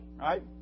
right